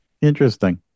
Interesting